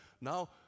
Now